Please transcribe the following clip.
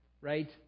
Right